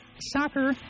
soccer